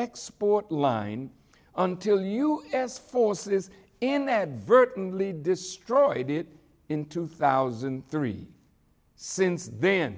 export line until you asked forces inadvertently destroyed it in two thousand and three since then